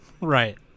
right